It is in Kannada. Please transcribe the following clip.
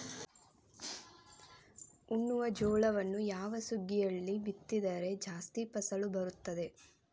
ಉಣ್ಣುವ ಜೋಳವನ್ನು ಯಾವ ಸುಗ್ಗಿಯಲ್ಲಿ ಬಿತ್ತಿದರೆ ಜಾಸ್ತಿ ಫಸಲು ಬರುತ್ತದೆ?